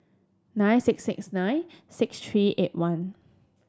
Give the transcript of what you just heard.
nine six six nine six three eight one